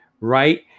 right